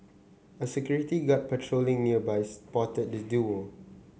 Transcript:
a security guard patrolling nearby spotted the duo